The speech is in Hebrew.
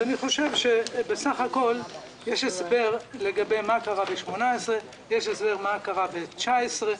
אני חושב שבסך הכול יש הסבר לגבי מה קרה ב-2018 ולגבי מה קרה ב-2019.